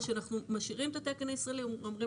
או שאנחנו משאירים את התקן הישראלי ואומרים